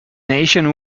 asian